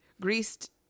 greased